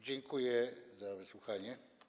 Dziękuję za wysłuchanie.